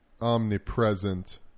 omnipresent